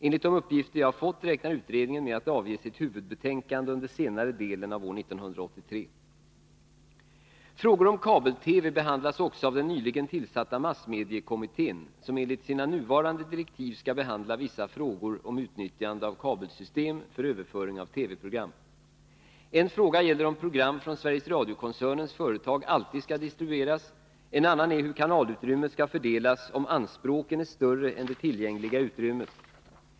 Enligt de uppgifter jag har fått räknar utredningen med att avge sitt huvudbetänkande under senare delen av år 1983. Frågor om kabel-TV behandlas också av den nyligen tillsatta massmediekommittén , som enligt sina nuvarande direktiv skall behandla vissa frågor om utnyttjande av kabelsystem för överföring av TV-program. En fråga gäller om program från Sveriges Radio-koncernens företag alltid skall distribueras. En annan är hur kanalutrymmet skall fördelas, om anspråken är större än det tillgängliga utrymmet.